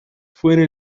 fue